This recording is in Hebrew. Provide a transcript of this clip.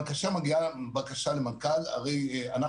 אבל כאשר מגיעה בקשה למנכ"ל הרי אנחנו